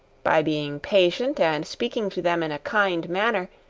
by being patient, and speaking to them in a kind manner,